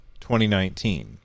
2019